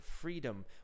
freedom